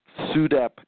SUDEP